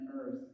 earth